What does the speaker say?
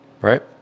Right